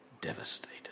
devastated